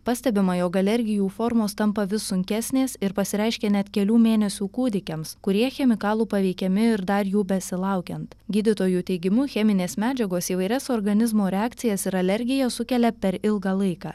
pastebima jog alergijų formos tampa vis sunkesnės ir pasireiškia net kelių mėnesių kūdikiams kurie chemikalų paveikiami ir dar jų besilaukiant gydytojų teigimu cheminės medžiagos įvairias organizmo reakcijas ir alergiją sukelia per ilgą laiką